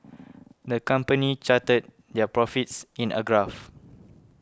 the company charted their profits in a graph